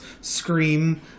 scream